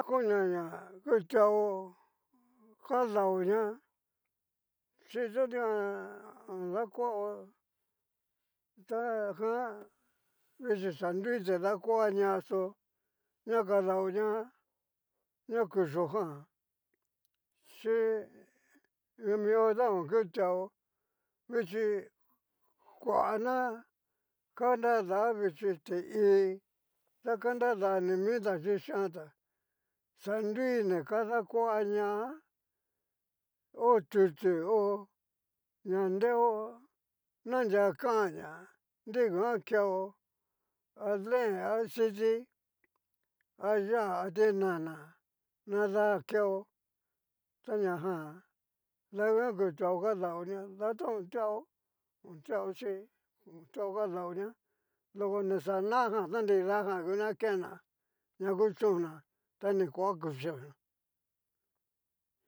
Konia na kutuao kadaoña chi to dikan oni dakuao ta jan vichi xa nrui ti dakua ñaxó, ña kadao ña kuxio jan chi ni mio ta ngu kutuao, vichí kuana kanradana vichi ti'i ta kanrada ni mita chí kianta ya nrui ni kadakua ña, ho tutu o na nreo anria kanña nunguan keo a deen a aciti, a yá'a a tinana nada keo tañajan, danguan kutuao kadaoña to otuao o tuao chí otuao kadaoña doko ni xanajan ta nridajan ngu ka kenna ña chuñona ta ni kua kuchina.